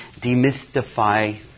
demystify